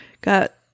got